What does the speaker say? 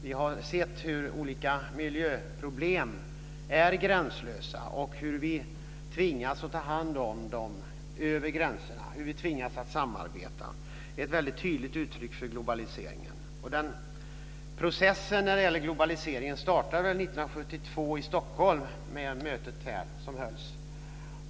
Vi har sett hur olika miljöproblem är gränslösa, hur vi tvingas ta hand om dem över gränserna, hur vi tvingas att samarbeta. Det är ett tydligt uttryck för globaliseringen. Processen startade 1972 i Stockholm, med mötet som hölls.